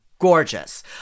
gorgeous